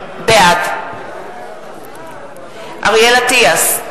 בעד אריאל אטיאס,